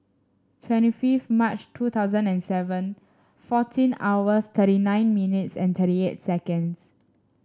twenty fifth March two thousand and seven fourteen hours thirty nine minutes and thirty eight seconds